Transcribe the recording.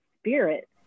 spirit